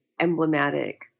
emblematic